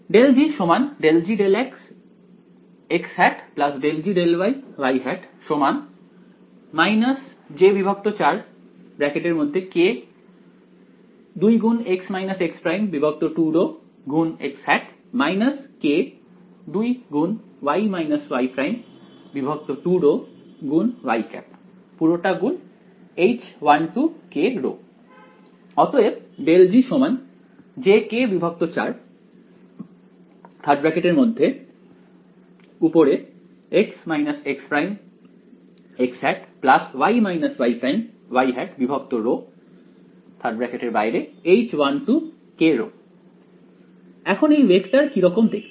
∇g j4 k k H1kρ ∇g jk4 H1kρ এখন এই vector কিরকম দেখতে